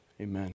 amen